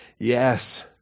Yes